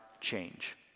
change